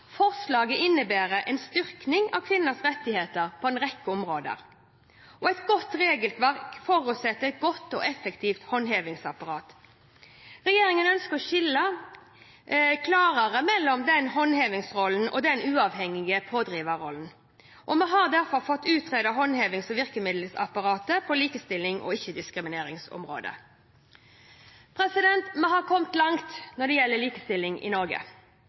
Forslaget innebærer en styrking av kvinners rettigheter på en rekke områder. Et godt regelverk forutsetter et godt og effektivt håndhevingsapparat. Regjeringen ønsker å skille klarere mellom håndhevingsrollen og den uavhengige pådriverrollen. Vi har derfor fått utredet håndhevings- og virkemiddelapparatet på likestillings- og ikke-diskrimineringsområdet. Vi har kommet langt når det gjelder likestilling i Norge.